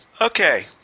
Okay